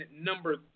number